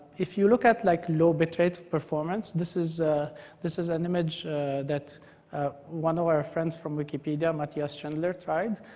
if you look at like low bitrate performance this is this is an image that one of our friends from wikipedia, mathias schindler tried.